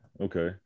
Okay